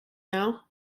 now